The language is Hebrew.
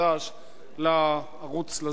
מחדש לערוץ,